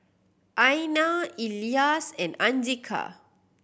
Aina Elyas and Andika